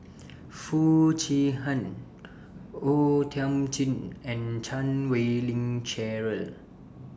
Foo Chee Han O Thiam Chin and Chan Wei Ling Cheryl